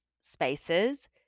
spaces